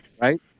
Right